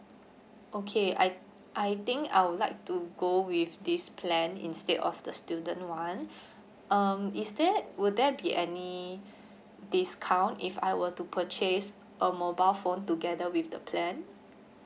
okay I I think I would like to go with this plan instead of the student [one] is there will there be any discount if I will to purchase a mobile phone together with the plan